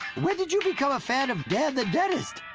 when did you become a fan of dan the dentist?